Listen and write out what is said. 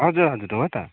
हजुर हजुर हो त